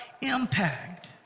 impact